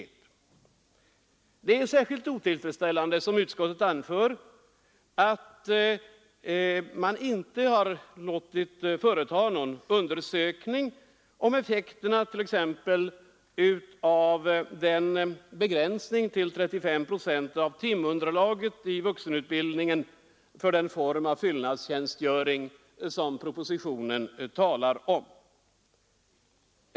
Det är, som utskottet anför, särskilt otillfredsställande att man inte låtit företa någon undersökning exempelvis av effekterna av den begränsning till 35 procent av timunderlaget i vuxenutbildningen för den form av fyllnadstjänstgöring som propositionen talar om.